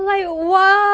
I don't think so